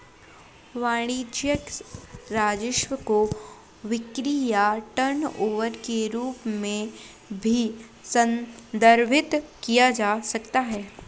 वाणिज्यिक राजस्व को बिक्री या टर्नओवर के रूप में भी संदर्भित किया जा सकता है